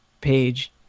page